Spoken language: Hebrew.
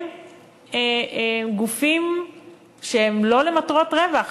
הם גופים שהם לא למטרות רווח,